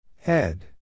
Head